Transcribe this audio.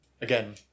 Again